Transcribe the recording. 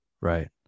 Right